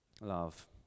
love